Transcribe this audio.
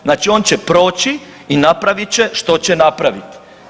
Znači on će proći i napravit će što će napraviti.